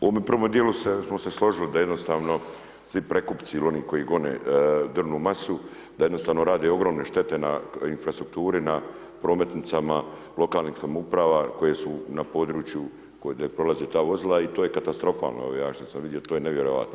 U ovome prvome djelo smo se složili da jednostavno svi prekupci ili oni koji gone drvnu masu, da jednostavno rade ogromne štete na infrastrukturi, na prometnicama lokalnih samouprava koje su na području kojima prolaze ta vozila i to je katastrofalno, ja šta sam vidio, to je nevjerojatno.